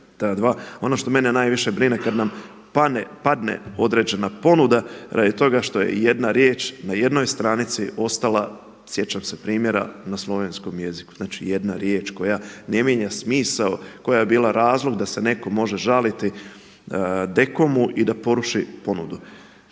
Ono što mene najviše brine kad nam padne određena ponuda radi toga što je jedna riječ na jednoj stranici ostala sjećam se primjera na slovenskom jeziku, znači jedna riječ koja ne mijenja smisao, koja je bila razlog da se netko može žaliti Dekomu i da poruši ponudu.